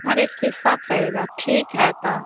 हर एक चीज़ साफ़ रहेगा ठीक है तो